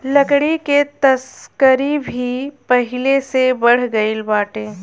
लकड़ी के तस्करी भी पहिले से बढ़ गइल बाटे